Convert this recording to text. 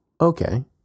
Okay